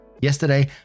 yesterday